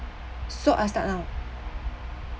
so I start now